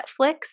Netflix